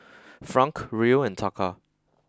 Franc Riel and Taka